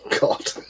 God